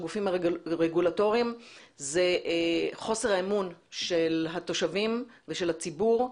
זה חוסר האמון של התושבים ושל הציבור.